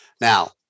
Now